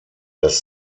das